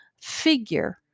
figure